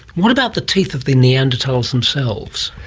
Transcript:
what about the teeth of the neanderthals themselves?